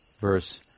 verse